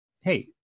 hey